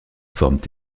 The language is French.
forment